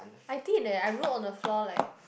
I did leh I wrote on the floor like